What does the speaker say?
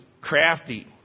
crafty